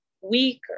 weaker